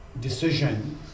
Decision